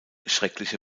schreckliche